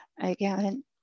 again